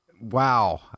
Wow